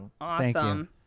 awesome